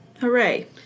Hooray